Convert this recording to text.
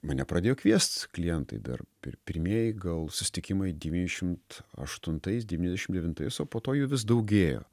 mane pradėjo kviest klientai dar pir pirmieji gal susitikimai devyniasdešimt aštuntais devyniasdešimt devintais o po to jų vis daugėjo